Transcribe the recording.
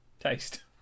taste